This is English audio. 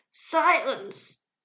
silence